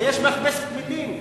הרי יש מכבסת מלים.